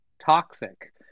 toxic